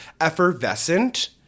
effervescent